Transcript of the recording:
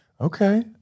Okay